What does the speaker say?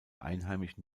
einheimischen